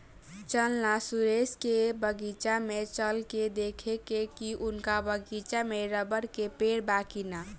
चल ना सुरेंद्र के बगीचा में चल के देखेके की उनका बगीचा में रबड़ के पेड़ बा की ना